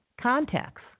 contacts